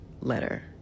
letter